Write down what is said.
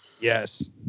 yes